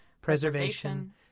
preservation